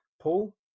Paul